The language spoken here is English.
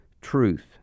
truth